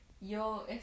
Yo